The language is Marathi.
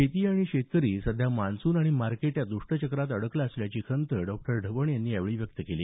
शेती आणि शेतकरी सध्या मान्सून आणि मार्केट या दुष्टचक्रात अडकला असल्याची खंत डॉ ढवण यांनी यावेळी व्यक्त केली